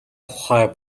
тухай